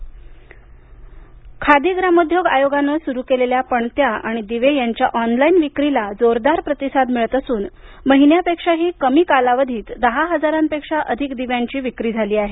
खादी खादी ग्रामोद्योग मंडळानं सुरू केलेल्या पणत्या दिवे यांच्या ऑनलाइन विक्रीला जोरदार प्रतिसाद मिळत असून महिन्यापेक्षाही कमी कालावधीत दहा हजारांपेक्षा अधिक दिव्यांची विक्री झाली आहे